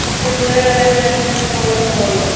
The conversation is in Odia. ଏତେ ଗୁଡ଼ାଏ ରେଟ୍ କମେଇ ହେବନି